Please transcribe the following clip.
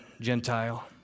Gentile